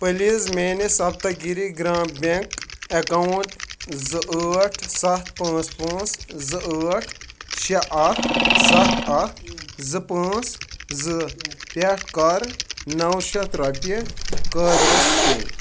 please میٚٲنِس Saptagiri Gram bank account زٕ ٲٹھ سَتھ پانٛژھ پانٛژھ زٕ ٲٹھ شےٚ اَکھ سَتھ اَکھ زٕ پانٛژھ زٕ پٮ۪ٹھ کَرنَو شیٚتھ رۄپیہِ قٲدِرس پے